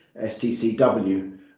STCW